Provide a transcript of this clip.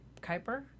Kuiper